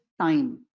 time